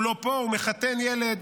הוא לא פה, הוא מחתן ילד.